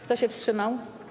Kto się wstrzymał?